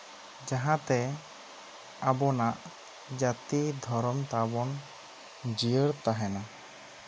ᱡᱟᱦᱟᱸᱛᱮ ᱟᱵᱚᱱᱟᱜ ᱡᱟᱹᱛᱤ ᱫᱷᱚᱨᱚᱢ ᱛᱟᱵᱚ ᱡᱤᱭᱟᱹᱲ ᱛᱟᱦᱮᱸᱱᱟ